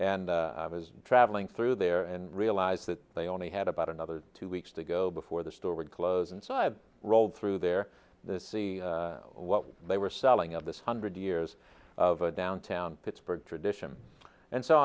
and i was traveling through there and realized that they only had about another two weeks to go before the store would close and so i've rolled through there the sea what they were selling of this hundred years of a downtown pittsburgh tradition and so